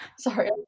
Sorry